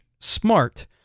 smart